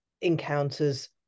encounters